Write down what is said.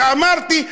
אמרתי,